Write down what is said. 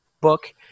book